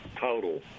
total